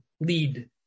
lead